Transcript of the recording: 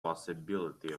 possibility